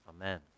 amen